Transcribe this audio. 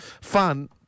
Fun